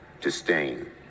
disdain